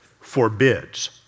forbids